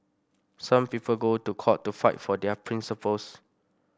some people go to court to fight for their principles